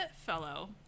fellow